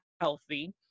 healthy